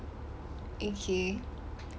okay